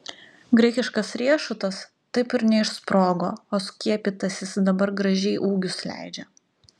graikiškas riešutas taip ir neišsprogo o skiepytasis dabar gražiai ūgius leidžia